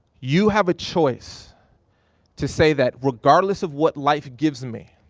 you have a choice to say that regardless of what life gives me,